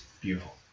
Beautiful